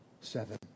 seven